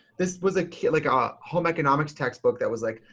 this was a like, um a home economics textbook that was like,